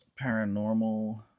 Paranormal